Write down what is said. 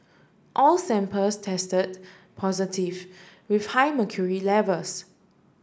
all samples tested positive with high mercury levels